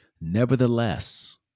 Nevertheless